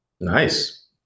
Nice